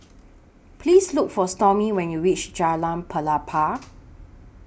Please Look For Stormy when YOU REACH Jalan Pelepah